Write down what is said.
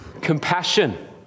compassion